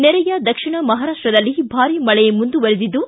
ನೆರೆಯ ದಕ್ಷಿಣ ಮಹಾರಾಷ್ಟದಲ್ಲಿ ಭಾರಿ ಮಳೆ ಮುಂದುವರಿದಿದ್ದು